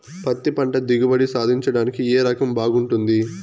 పత్తి పంట దిగుబడి సాధించడానికి ఏ రకం బాగుంటుంది?